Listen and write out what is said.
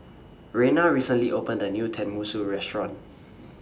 Reina recently opened A New Tenmusu Restaurant